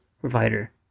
provider